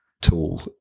tool